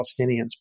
Palestinians